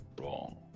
wrong